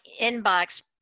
inbox